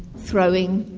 throwing,